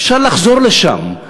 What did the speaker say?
אפשר לחזור לשם.